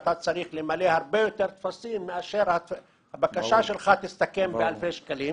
אתה צריך למלא הרבה יותר טפסים מאשר שהבקשה שלך תסתכם באלפי שקלים.